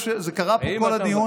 זה קרה פה כל הדיון,